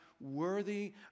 worthy